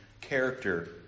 character